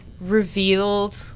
revealed